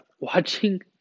Watching